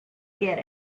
get